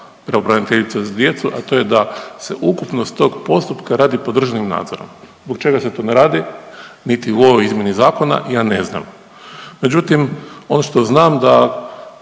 pravobraniteljica za djecu, a to je da se ukupnost tog postupka radi pod državnim nadzorom. Zbog čega se to ne radi niti u ovoj izmjeni zakona, ja ne znam. Međutim, ono što znam da